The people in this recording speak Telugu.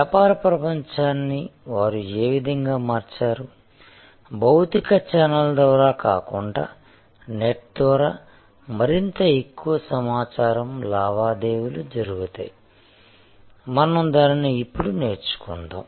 వ్యాపార ప్రపంచాన్ని వారు ఏ విధంగా మార్చారు భౌతిక ఛానెల్ ద్వారా కాకుండా నెట్ ద్వారా మరింత ఎక్కువ సమాచారం లావాదేవీలు జరుగుతాయి మనం దానిని ఇప్పుడు నేర్చుకుంటాం